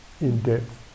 in-depth